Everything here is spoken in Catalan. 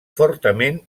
fortament